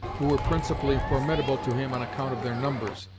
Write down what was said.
who were principally formidable to him on account of their numbers,